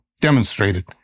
demonstrated